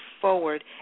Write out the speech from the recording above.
forward